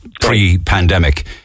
pre-pandemic